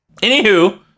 Anywho